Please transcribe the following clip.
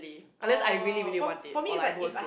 unless I really really want it or like was